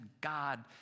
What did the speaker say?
God